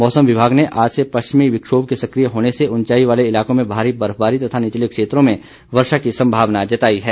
मौसम विभाग ने आज से पश्चिमी विक्षोम के सक्रिय होने से उंचाई वाले इलाकों में भारी बर्फबारी तथा निचले क्षेत्रों में वर्षा की संभावना जताई है